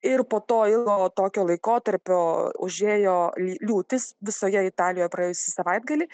ir po to ilgo tokio laikotarpio užėjo liūtys visoje italijoje praėjusį savaitgalį